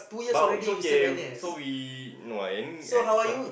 but is okay so we no I aim at something